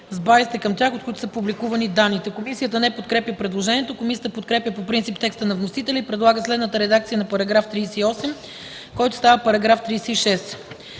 базите към тях, от които са публикувани данните.” Комисията не подкрепя предложението. Комисията подкрепя по принцип текста на вносителя и предлага следната редакция на § 38, който става § 36: „§ 36.